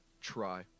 try